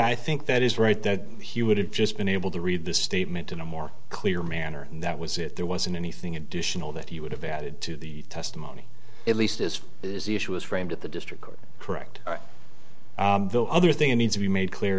i think that is right that he would have just been able to read this statement in a more clear manner that was if there wasn't anything additional that he would have added to the testimony at least this is the issue is framed at the district court correct the other thing that needs to be made clear